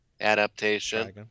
adaptation